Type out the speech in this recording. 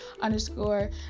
Underscore